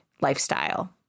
lifestyle